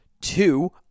Two